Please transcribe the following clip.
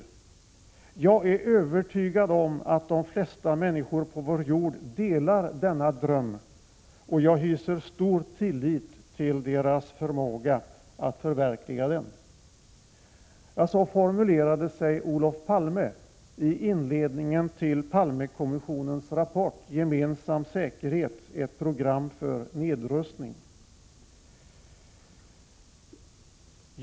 Jag är övertygad om att de flesta människor på vår jord delar denna dröm och jag hyser stor tillit till deras förmåga att förverkliga den.” Så formulerade sig Olof Palme i inledningen till Palmekommissionens rapport. ”Gemensam säkerhet, ett program för nedrustning”.